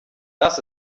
das